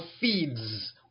feeds